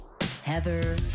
heather